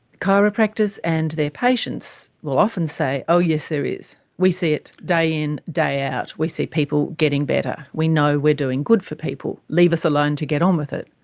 chiropractors and their patients will often say, oh yes there is, we see it day in day out, we see people getting better, we know we are doing good for people, leave us alone to get on with it.